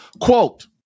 quote